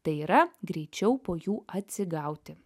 tai yra greičiau po jų atsigauti